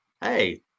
hey